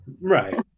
Right